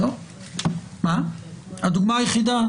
זו הדוגמה היחידה.